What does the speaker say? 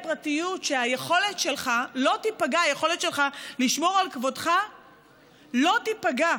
פרטיות, שהיכולת שלך לשמור על כבודך לא תיפגע.